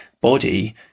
body